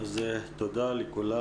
תודה לכולם.